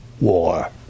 war